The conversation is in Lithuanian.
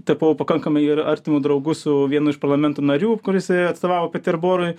tapau pakankamai ir artimu draugu su vienu iš parlamento narių kur jisai atstovavo peterborui